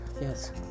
yes